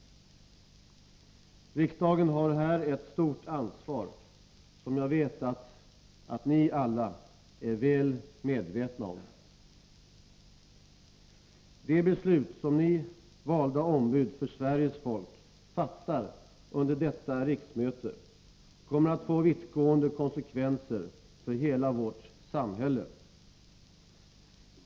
Riksdagen har här ett stort ansvar, som jag vet att ni alla är väl medvetna om. De beslut som ni valda ombud för Sveriges folk fattar under detta riksmöte kommer att få vittgående konsekvenser för hela vårt samhälle.